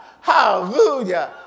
Hallelujah